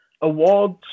awards